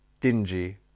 dingy